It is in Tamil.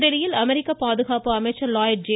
புதுதில்லியில் அமெரிக்க பாதுகாப்பு அமைச்சர் லாயிட் ஜே